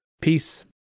Peace